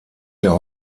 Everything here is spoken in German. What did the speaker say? der